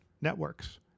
networks